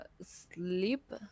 sleep